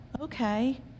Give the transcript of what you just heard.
okay